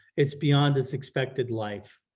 it's beyond its expected life,